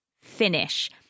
finish